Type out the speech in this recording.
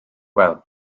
wel